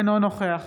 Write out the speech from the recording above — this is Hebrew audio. אינו נוכח